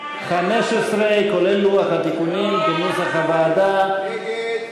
סעיף 15, כהצעת הוועדה, נתקבל.